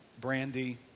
Brandy